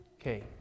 Okay